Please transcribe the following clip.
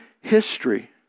history